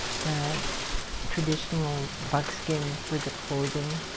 the traditional buckskin for the clothing.